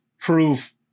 prove